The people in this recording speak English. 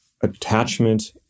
attachment